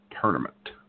Tournament